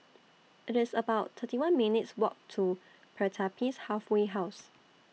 IT IS about thirty one minutes' Walk to Pertapis Halfway House